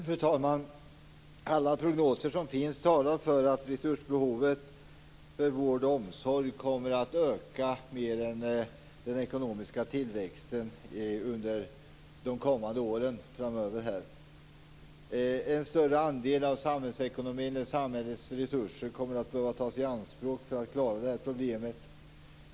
Fru talman! Alla prognoser talar för att resursbehovet för vård och omsorg kommer att öka mer än den ekonomiska tillväxten under de kommande åren. En större andel av samhällets resurser kommer att behöva tas i anspråk för att klara det här problemet.